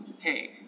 hey